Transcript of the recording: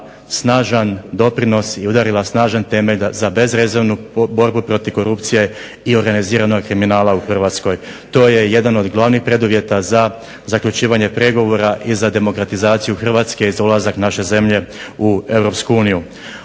snažan doprinos i udarila snažan temelj za bezrezervnu borbu protiv korupcije i organiziranog kriminala u Hrvatskoj. To je jedan od glavnih pregovora za zaključivanje pregovora i za demokratizaciju Hrvatske i za ulazak naše zemlje u EU.